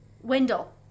Wendell